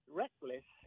reckless